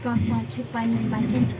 کاسان چھِ پنٛنٮ۪ن بَچَن